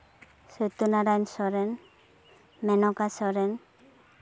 Satya Narayan Soren Menoka Soren